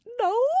no